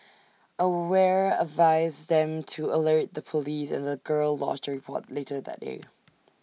aware advised them to alert the Police and the girl lodged A report later that day